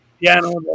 piano